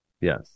yes